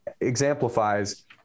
exemplifies